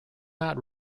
not